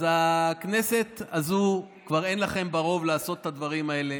אז בכנסת הזו כבר אין לכם רוב לעשות את הדברים האלה.